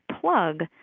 plug